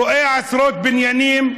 רואה עשרות בניינים,